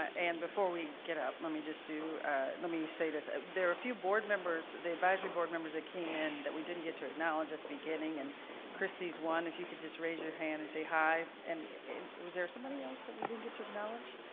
ah and we before we get up, let me just do let me just say this, there are a few board members the advisory board members that came in that we didn't get to acknowledge at the beginning and christy's one, if you could just raise your hand and say hi. and was there somebody else that we didn't get to acknowledge?